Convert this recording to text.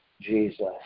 Jesus